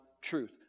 truth